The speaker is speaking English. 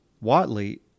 Watley